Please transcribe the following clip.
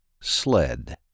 Sled